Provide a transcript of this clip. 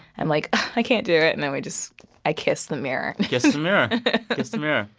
am like, i can't do it. and then we just i kiss the mirror kiss the mirror kiss the mirror.